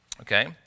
Okay